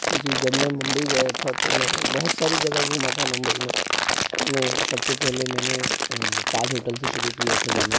जी जब मैं मुंबई गया था तो मैं बहुत सारी जगह घुमा था मुंबई में मैं सबसे पहले मैंने ताज़ होटल से शुरू किया था जाना